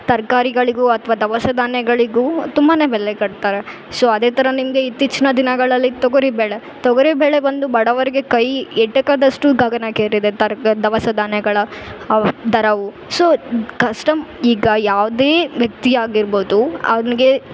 ತರ್ಕಾರಿಗಳಿಗೂ ಅಥ್ವ ದವಸ ಧಾನ್ಯಗಳಿಗೂ ತುಂಬಾನೇ ಬೆಲೆ ಕಟ್ತಾರೆ ಸೊ ಅದೇ ಥರ ನಿಮಗೆ ಇತ್ತೀಚಿನ ದಿನಗಳಲ್ಲಿ ತೊಗರಿಬೇಳೆ ತೊಗರಿಬೇಳೆ ಬಂದು ಬಡವರಿಗೆ ಕೈ ಎಟಕದಷ್ಟು ಗಗನಕ್ಕೇರಿದೆ ತರ್ಕ ದವಸ ಧಾನ್ಯಗಳ ಅವ ದರವು ಸೊ ಕಸ್ಟಮ್ ಈಗ ಯಾವುದೇ ವ್ಯಕ್ತಿ ಆಗಿರ್ಬೌದು ಅವನಿಗೆ